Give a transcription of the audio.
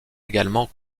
également